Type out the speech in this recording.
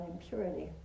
impurity